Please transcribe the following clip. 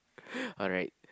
sorry